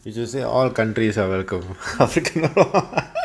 it should say all countries are welcome அதுக்கு என்ன:athuku enna